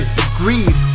degrees